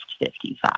55